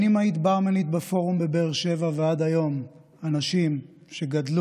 שנים היית ברמנית בפורום בבאר שבע ועד היום אנשים שגדלו,